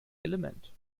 element